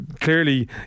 clearly